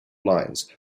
lines